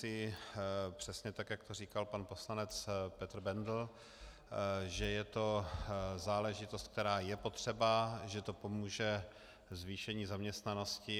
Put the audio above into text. Myslím si přesně tak, jak to říkal pan poslanec Petr Bendl, že je to záležitost, která je potřeba, že to pomůže zvýšení zaměstnanosti.